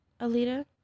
Alita